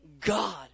God